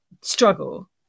struggle